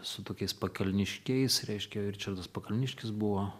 su tokiais pakalniškiais reiškia ričardas pakalniškis buvo